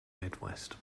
midwest